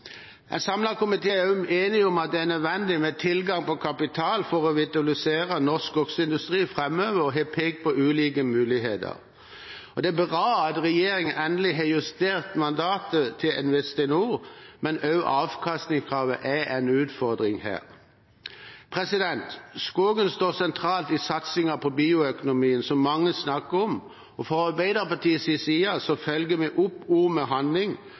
En samlet komité er også enig om at det er nødvendig med tilgang på kapital for å vitalisere norsk skogindustri framover, og har pekt på ulike muligheter. Og det er bra at regjeringen endelig har justert mandatet til Investinor, men avkastningskravet er en utfordring her. Skogen står sentralt i satsingen på bioøkonomi, som mange snakker om, og fra Arbeiderpartiets side følger vi opp